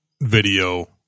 video